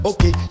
Okay